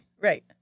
Right